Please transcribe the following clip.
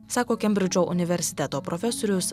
sako kembridžo universiteto profesorius